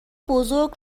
بزرگ